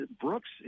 Brooks